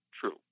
true